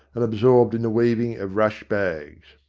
and absorbed in the weaving of rush bags.